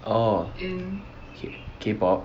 orh in K pop